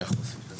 מאה אחוז.